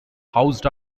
housed